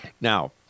Now